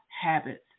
habits